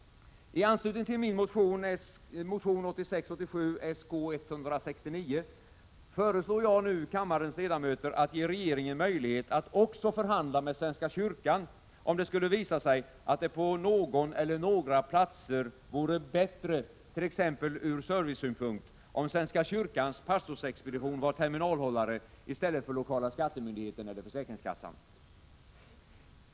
I anslutning till min motion 1986/87:Sk169 föreslår jag nu kammarens ledamöter att ge regeringen möjlighet att också förhandla med svenska kyrkan, om det skulle visa sig att det på någon eller några platser vore bättre — t.ex. ur servicesynpunkt — om svenska kyrkans pastorsexpedition var terminalhållare i stället för lokala skattemyndigheten eller försäkringskassan.